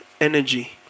energy